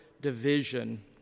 division